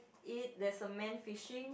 it there's a man fishing